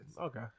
Okay